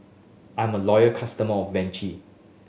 I'm a loyal customer of Vichy